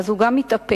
הוא גם מתאפק.